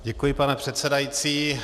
Děkuji, pane předsedající.